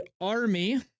Army